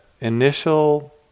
initial